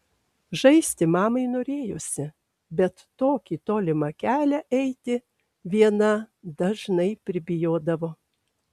žaisti mamai norėjosi bet tokį tolimą kelią eiti viena dažnai pribijodavo